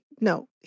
no